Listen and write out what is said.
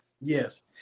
yes